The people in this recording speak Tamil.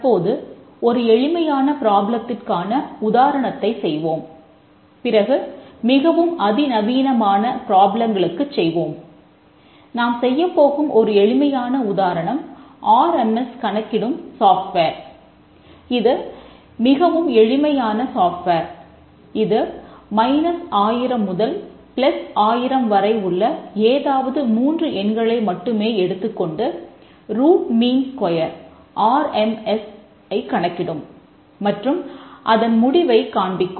தற்போது ஒரு எளிமையான ப்ராப்ளத்திற்கான ஐ கணக்கிடும் மற்றும் அதன் முடிவைக் காண்பிக்கும்